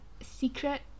secret